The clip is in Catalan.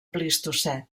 plistocè